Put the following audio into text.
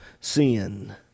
sin